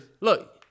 Look